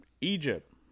Egypt